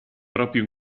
proprio